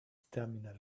terminal